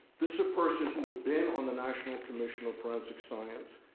this a person who had been on the national commission of forensic science,